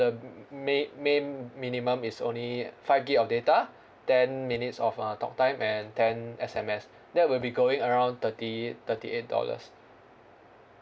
the main main minimum is only five gigabyte of data ten minutes of uh talk time and ten S_M_S that will be going around thirty thirty eight dollars